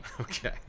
Okay